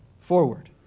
forward